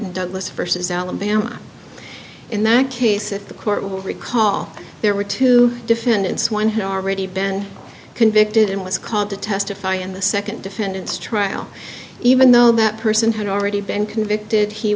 douglass versus alabama in that case if the court will recall there were two defendants one who already been convicted and was called to testify in the second defendant's trial even though that person had already been convicted he